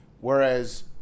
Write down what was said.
whereas